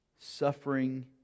Suffering